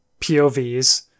POVs